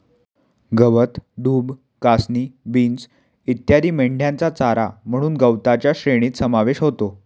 गवत, डूब, कासनी, बीन्स इत्यादी मेंढ्यांचा चारा म्हणून गवताच्या श्रेणीत समावेश होतो